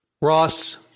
Ross